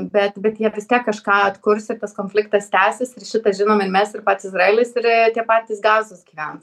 bet bet jie vis tiek kažką atkurs ir tas konfliktas tęsis ir šitą žinom ir mes ir pats izraelis ir tie patys gazos gyvent